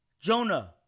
Jonah